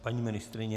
Paní ministryně?